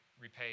repay